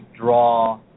draw